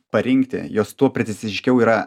parinkti jos tuo preciziškiau yra